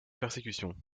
persécutions